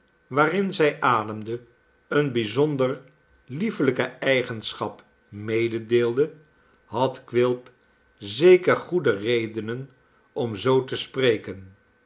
waarin zij ademde eene bijzonder liefelijke eigenschap mededeelde had quilp zeker goede redenen om zoo te spreken